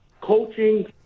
coaching